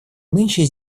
нынче